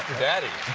daddy!